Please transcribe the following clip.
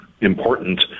important